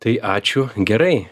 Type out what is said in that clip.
tai ačiū gerai